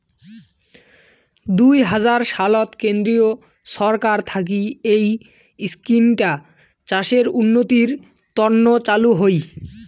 দুই হাজার সাত সালত কেন্দ্রীয় ছরকার থাকি এই ইস্কিমটা চাষের উন্নতির তন্ন চালু হই